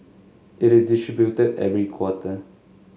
it is distributed every quarter